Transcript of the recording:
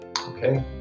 okay